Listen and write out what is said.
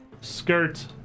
skirt